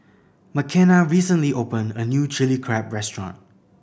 Makenna recently opened a new Chilli Crab restaurant